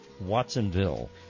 Watsonville